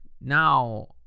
now